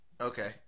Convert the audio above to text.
Okay